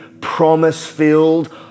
promise-filled